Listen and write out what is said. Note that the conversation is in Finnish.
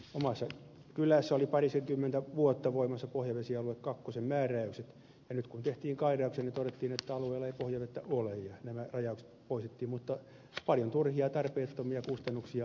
omassa kylässäni oli parisenkymmentä vuotta voimassa pohjavesialue iin määräykset ja nyt kun tehtiin kairauksia todettiin että alueella ei pohjavettä ole ja nämä rajaukset poistettiin mutta paljon turhia ja tarpeettomia kustannuksia aiheutettiin